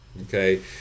Okay